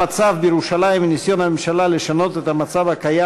המצב בירושלים וניסיון הממשלה לשנות את הסטטוס-קוו